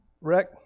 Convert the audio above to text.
Rick